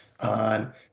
on